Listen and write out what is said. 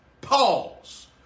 pause